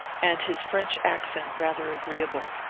and his french accent rather agreeable.